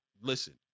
listen